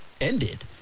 ended